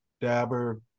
dabber